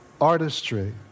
artistry